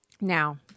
Now